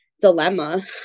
dilemma